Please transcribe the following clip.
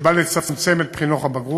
שבאה לצמצם את מספר בחינות הבגרות.